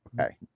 okay